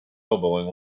elbowing